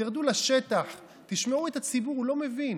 תרדו לשטח, תשמעו את הציבור, הוא לא מבין